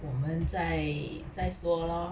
我们再再说 lor